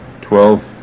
twelve